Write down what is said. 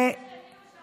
הם לא רוצים שהם יהיו שם,